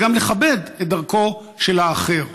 וגם לכבד את דרכו של האחר.